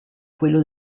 quello